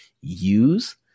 use